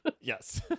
Yes